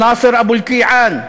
נאסר אבו אלקיעאן,